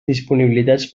disponibilitats